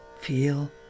feel